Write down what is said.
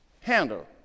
handle